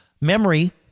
Memory